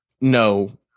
No